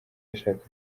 yashakaga